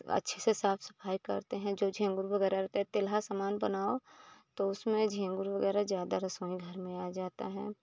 अच्छे से साफ़ सफ़ाई करते हैं जो झींगुर वग़ैरह होते हैं तेलह सामान बनाओ तो उसमें झींगुर वग़ैरह ज़्यादा रसोई घर में आ जाते हैं